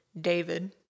David